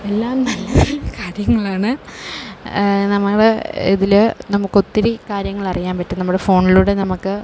എല്ലാം നല്ല നല്ല കാര്യങ്ങളാണ് നമ്മൾ ഇതിൽ നമുക്ക് ഒത്തിരി കാര്യങ്ങൾ അറിയാൻ പറ്റും നമ്മുടെ ഫോണിലൂടെ നമുക്ക്